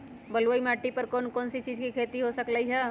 बलुई माटी पर कोन कोन चीज के खेती हो सकलई ह?